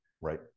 Right